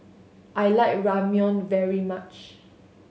I like Ramyeon very much